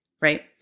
right